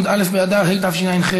י"א באדר התשע"ח,